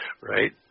Right